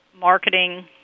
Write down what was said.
marketing